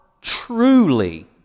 truly